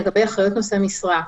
לגבי אחריות נושאי משרה.